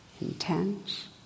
intense